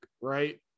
right